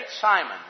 Simon